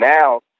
now